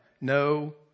No